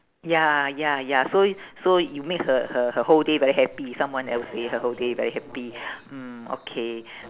ya ya ya so y~ so you made her her her whole day very happy someone else day her whole day very happy mm okay